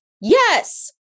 Yes